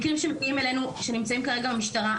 מקרים שמגיעים אלינו שנמצאים כרגע במשטרה,